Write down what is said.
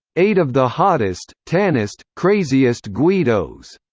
eight of the hottest, tannest, craziest guidos,